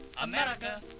America